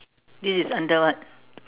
this is under what